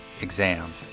exam